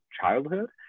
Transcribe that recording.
childhood